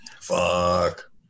Fuck